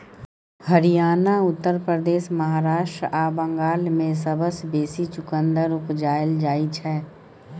हरियाणा, उत्तर प्रदेश, महाराष्ट्र आ बंगाल मे सबसँ बेसी चुकंदर उपजाएल जाइ छै